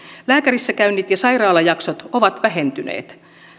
lääkärissäkäynnit ja sairaalajaksot ovat vähentyneet